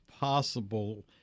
possible